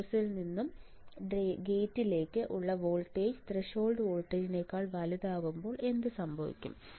സോഴ്സിൽ നിന്നും നിന്നും ഗേറ്റിലേക്ക് ഉള്ള വോൾട്ടേജ് ത്രെഷോൾഡ് വോൾട്ടേജിനേക്കാൾ വലുതാകുമ്പോൾ എന്തുസംഭവിക്കും